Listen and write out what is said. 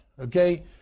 okay